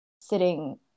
sitting